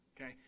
okay